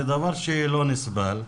זה דבר שלא נסבל.